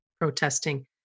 protesting